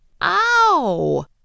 Ow